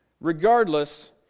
Regardless